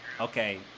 okay